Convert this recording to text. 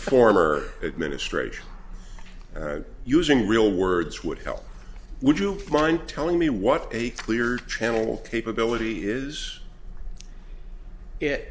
former administration using real words would help would you mind telling me what a clear channel capability is it